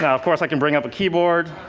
and of course, i can bring up a keyboard.